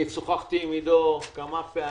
שוחחתי עם עידו סופר כמה פעמים,